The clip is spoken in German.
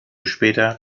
später